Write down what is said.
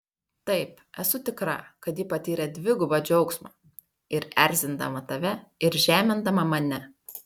taip esu tikra kad ji patyrė dvigubą džiaugsmą ir erzindama tave ir žemindama mane